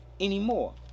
anymore